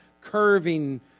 curving